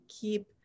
keep